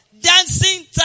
Dancing